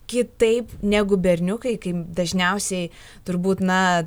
kitaip negu berniukai kaip dažniausiai turbūt na